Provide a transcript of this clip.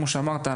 כמו שאמרת,